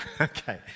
Okay